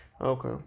Okay